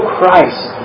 Christ